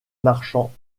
marchands